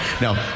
Now